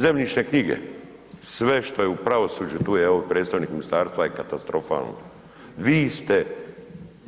Zemljišne knjige sve što je u pravosuđu tu je evo predstavnik ministarstva je katastrofalno, vi ste